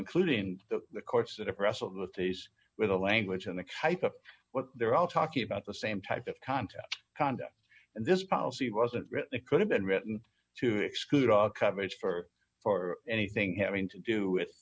including the courts that have wrestled with these with the language and the type of what they're all talking about the same type of contest conduct and this policy wasn't written it could have been written to exclude all coverage for anything having to do with